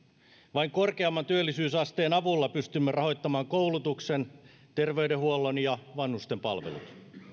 vain korkeamman työllisyysasteen avulla pystymme rahoittamaan koulutuksen terveydenhuollon ja vanhustenpalvelut